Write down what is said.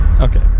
okay